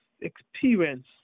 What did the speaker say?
experience